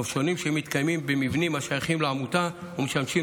נופשונים שמתקיימים במבנים השייכים לעמותה ומשמשים